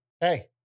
Hey